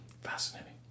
Fascinating